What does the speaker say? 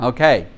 Okay